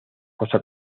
fosa